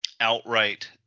outright